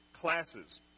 classes